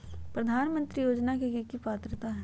प्रधानमंत्री योजना के की की पात्रता है?